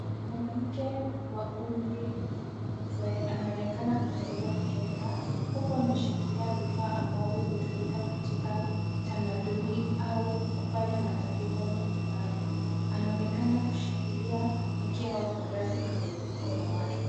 Mwanamke wa umri mzee anaonekana kukalia mkeka, huku ameshikilia vifaa ambavyo hutumika katika tamaduni au kufanya matabiko mbalimbali. Anaonekana kushikilia mkia wa farasi kwenye mkono wake.